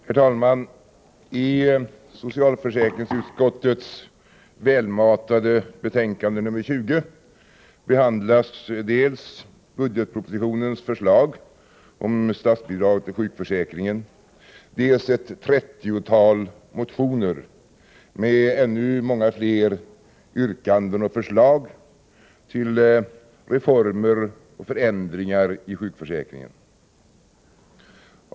Herr talman! I socialförsäkringsutskottets välmatade betänkande nr 20 behandlas dels budgetpropositionens förslag om statsbidrag till sjukförsäkringen, dels ett trettiotal motioner med ännu flera yrkanden och förslag till reformer och förändringar i sjukförsäkringen.